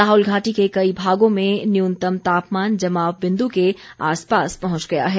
लाहौल घाटी के कई भागों में न्यूनतम तापमान जमाव बिंदु के आसपास पहुंच गया है